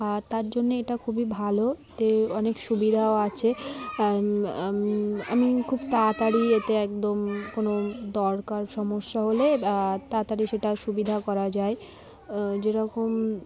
আর তার জন্যে এটা খুবই ভালো এতে অনেক সুবিধাও আছে আম আমি খুব তাড়াতাড়ি এতে একদম কোনো দরকার সমস্যা হলে তাড়াতাড়ি সেটা সুবিধা করা যায় যেরকম